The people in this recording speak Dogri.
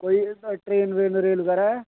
कोई ट्रैन वेन रेल बगैरा ऐ